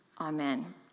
Amen